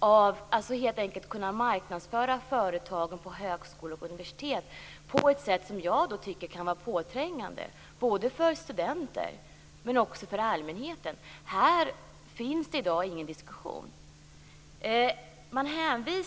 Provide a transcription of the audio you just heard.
Det handlar helt enkelt om att kunna marknadsföra företagen på högskolor och universitet på ett sätt som jag tycker kan vara påträngande, både för studenter och för allmänheten. Här finns det i dag ingen diskussion.